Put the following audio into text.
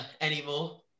anymore